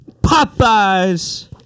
Popeyes